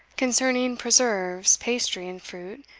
concerning preserves, pastry and fruit,